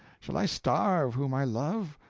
shall i starve whom i love,